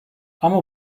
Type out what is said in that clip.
ama